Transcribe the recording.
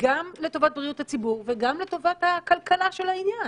לטובת בריאות הציבור ולטובת הכלכלה של העניין.